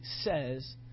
says